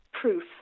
proof